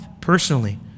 personally